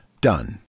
done